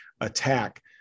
attack